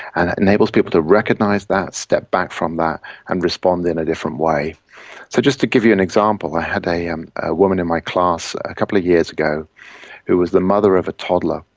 and it enables people to recognise that, step back from that and respond in a different way. so just to give you an example, i had a um a woman in my class a couple of years ago who was the mother of a toddler,